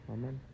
Amen